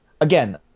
again